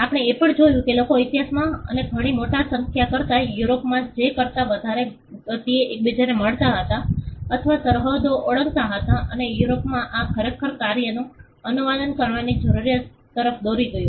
આપણે એ પણ જોયું કે લોકો ઇતિહાસમાં અને ઘણી મોટી સંખ્યા કરતા યુરોપમાં જે કરતા વધારે ગતિએ એકબીજાને મળતા હતા અથવા સરહદો ઓળંગતા હતા અને યુરોપમાં આ ખરેખર કાર્યોનું અનુવાદ કરવાની જરૂરિયાત તરફ દોરી ગયું